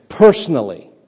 Personally